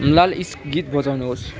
लाल इस्क गीत बजाउनुहोस्